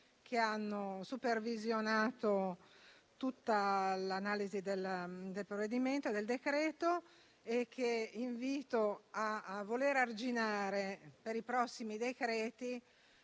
che hanno supervisionato tutta l'analisi del decreto e che invito a voler arginare, per i prossimi decreti,